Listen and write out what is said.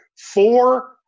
four